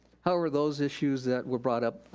however, those issues that were brought up,